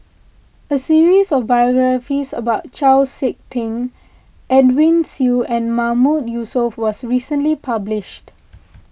a series of biographies about Chau Sik Ting Edwin Siew and Mahmood Yusof was recently published